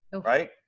right